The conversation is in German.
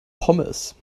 pommes